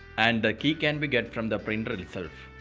and the key can be get from the printer itself.